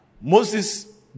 Moses